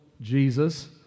Jesus